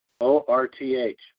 O-R-T-H